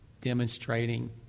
demonstrating